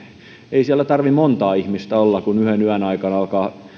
ei siellä tarvitse montaa ihmistä olla kun yhden yön aikana alkaa